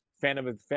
Phantom